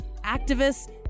activists